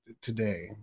today